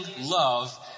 love